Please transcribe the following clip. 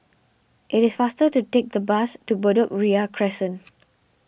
it is faster to take the bus to Bedok Ria Crescent